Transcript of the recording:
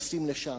נכנסים לשם,